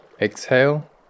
Exhale